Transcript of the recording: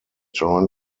join